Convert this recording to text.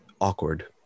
awkward